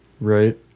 Right